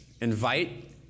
Invite